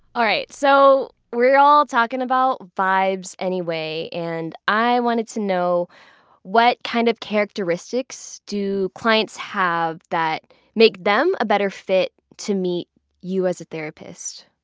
alright. so we're all talking about vibes anyway and i wanted to know what kind of characteristics do clients have that make them a better fit to meet you as a therapist?